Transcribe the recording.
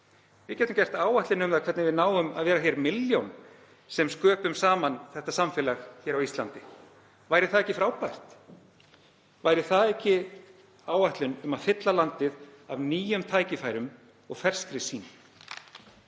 Við gætum gert áætlun um það hvernig við náum því að vera milljón sem sköpum saman þetta samfélag hér á Íslandi. Væri það ekki frábært? Það væri áætlun um að fylla landið af nýjum tækifærum og ferskri sýn.